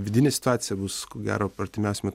vidinė situacija bus ko gero artimiausiu metu